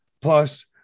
Plus